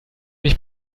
mich